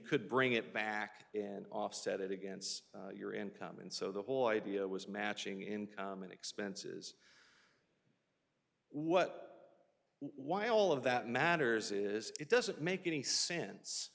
could bring it back and offset it against your income and so the whole idea was matching in expenses what why all of that matters is it doesn't make any sense